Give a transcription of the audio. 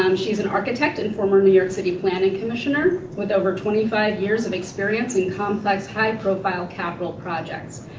um she's an architect and former new york city planning commissioner with over twenty five years of experience in complex high profile capital projects.